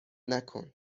نکن